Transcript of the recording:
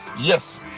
Yes